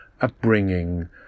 upbringing